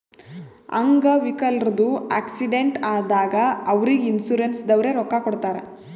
ಅಂಗ್ ವಿಕಲ್ರದು ಆಕ್ಸಿಡೆಂಟ್ ಆದಾಗ್ ಅವ್ರಿಗ್ ಇನ್ಸೂರೆನ್ಸದವ್ರೆ ರೊಕ್ಕಾ ಕೊಡ್ತಾರ್